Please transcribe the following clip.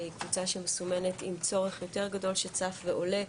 קבוצה שמסומנת עם צורך יותר גדול שצף ועולה,